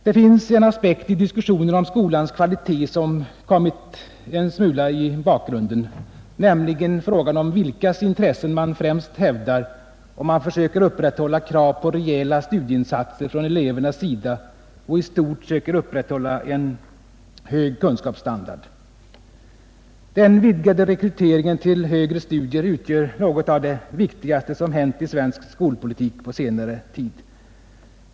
Det finns en aspekt i diskussionen om skolans kvalitet som kommit en smula i bakgrunden, nämligen frågan om vilkas intressen man främst hävdar, om man försöker upprätthålla krav på rejäla studieinsatser från elevernas sida och i stort söker upprätthålla en hög kunskapsstandard. Den vidgade rekryteringen till högre studier utgör något av det viktigaste som hänt i svensk skolpolitik på senare tid.